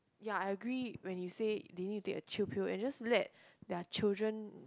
ya I agree when you say they need a chill pill and just let their children